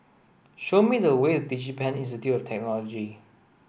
show me the way to DigiPen Institute of Technology